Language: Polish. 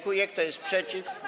Kto jest przeciw?